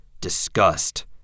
disgust